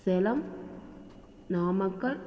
Salem Namakkal